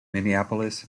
minneapolis